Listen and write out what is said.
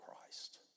Christ